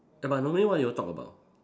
eh but normally what you all talk about